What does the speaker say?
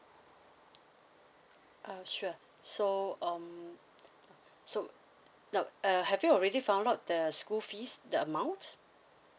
uh sure so um so now uh have you already found out the school fees the amount